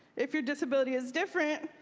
if your disability is different,